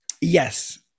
Yes